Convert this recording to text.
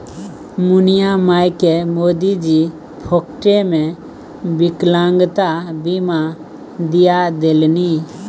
मुनिया मायकेँ मोदीजी फोकटेमे विकलांगता बीमा दिआ देलनि